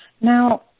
Now